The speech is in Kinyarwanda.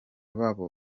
babo